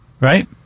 right